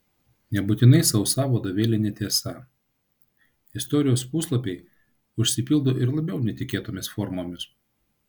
nebūtinai sausa vadovėlinė tiesa istorijos puslapiai užsipildo ir labiau netikėtomis formomis